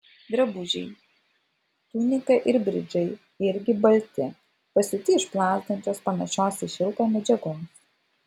drabužiai tunika ir bridžai irgi balti pasiūti iš plazdančios panašios į šilką medžiagos